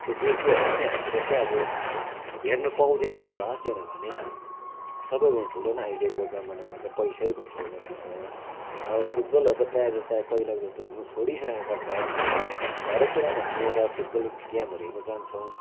football player पनि हामीले चाहिँ अब हेर्न पाउँदैनौँ होला किनभने किनभने सबैभन्दा ठुलो पनि अहिलेको जमानामा चाहिँ पैसै भइसकेको रहेछ अब फुटबलहरू त प्रायःजस्तो अब पहिलाको जस्तो हुनु छोडिसकेको छ हरेक कुरामा हामी एउटा फुटबल गेमहरू हेर्नजान्छौँ